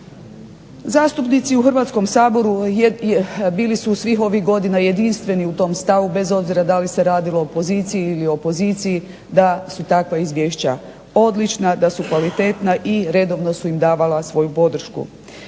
Zastupnici u Hrvatskom saboru bili su svih ovih godina jedinstveni u tom stavu bez obzira da li se radilo o poziciji ili opoziciji da su takva izvješća odlična, da su kvalitetna i redovno su im davala svoju podršku.